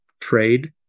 trade